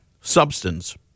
substance